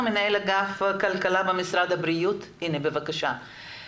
במקום שהמדינה ומערכת הבריאות תעשה את זה,